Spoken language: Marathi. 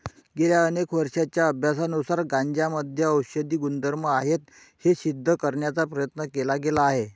गेल्या अनेक वर्षांच्या अभ्यासानुसार गांजामध्ये औषधी गुणधर्म आहेत हे सिद्ध करण्याचा प्रयत्न केला गेला आहे